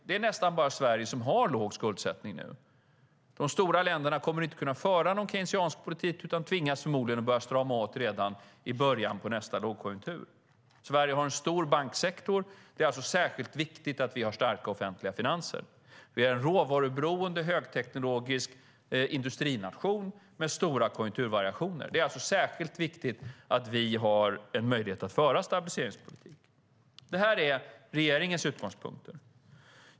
Det är nästan bara Sverige som har låg skuldsättning nu. De stora länderna kommer inte att kunna föra någon keynesiansk politik utan tvingas förmodligen att börja strama åt redan i början av nästa lågkonjunktur. Sverige har en stor banksektor. Det är alltså särskilt viktigt att vi har starka offentliga finanser. Vi är en råvaruberoende högteknologisk industrination med stora konjunkturvariationer. Det är alltså särskilt viktigt att vi har en möjlighet att föra stabiliseringspolitik. Detta är regeringens utgångspunkter.